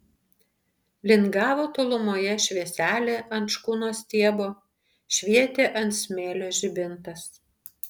lingavo tolumoje švieselė ant škunos stiebo švietė ant smėlio žibintas